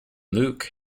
luke